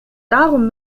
darum